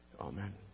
Amen